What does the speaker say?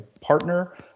partner